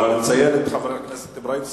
אבל אני מציין את חבר הכנסת אברהים צרצור,